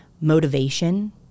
motivation